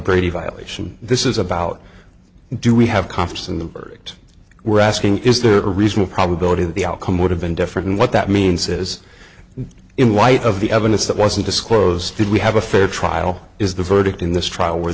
brady violation this is about do we have confidence in the verdict we're asking is there a reasonable probability that the outcome would have been different and what that means is in light of the evidence that wasn't disclosed did we have a fair trial is the verdict in this trial w